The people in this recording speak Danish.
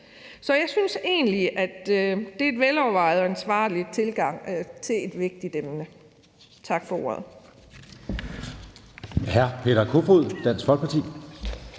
Så jeg synes egentlig, at det er en velovervejet og ansvarlig tilgang til et vigtigt emne. Tak for ordet.